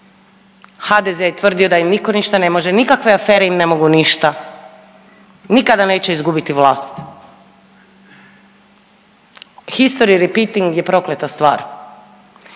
HDZ je tvrdio da im nitko ništa ne može, nikakve afere im ne mogu ništa, nikada neće izgubiti vlast. History repiting je prokleta stvar!